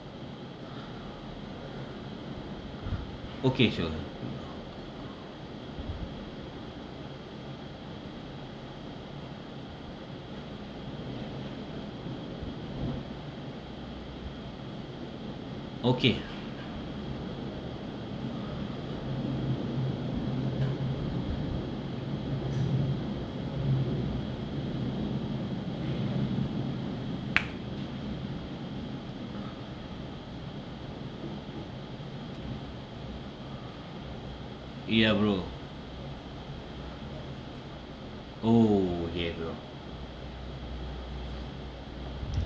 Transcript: okay sure okay ya bro oh yeah bro